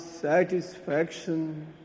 satisfaction